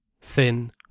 thin